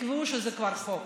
תקבעו שזה כבר חוק.